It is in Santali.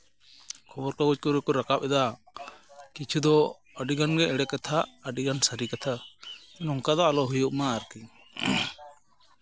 ᱠᱷᱚᱵᱚᱨ ᱠᱚ ᱦᱚᱭᱛᱳ ᱠᱚ ᱨᱟᱠᱟᱵ ᱮᱫᱟ ᱠᱤᱪᱷᱩ ᱫᱚ ᱟᱹᱰᱤᱜᱟᱱ ᱜᱮ ᱮᱲᱮ ᱠᱟᱛᱷᱟ ᱟᱹᱰᱤᱜᱟᱱ ᱥᱟᱹᱨᱤ ᱠᱟᱛᱷᱟ ᱱᱚᱝᱠᱟ ᱫᱚ ᱟᱞᱚ ᱦᱩᱭᱩᱜᱼᱢᱟ ᱟᱨᱠᱤ